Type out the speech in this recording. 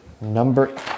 Number